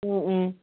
ꯎꯝ ꯎꯝ